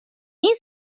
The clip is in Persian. این